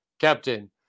Captain